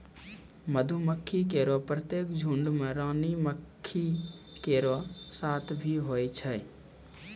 मधुमक्खी केरो प्रत्येक झुंड में रानी मक्खी केरो साथ भी होय छै